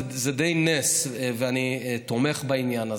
זה די נס, ואני תומך בעניין הזה.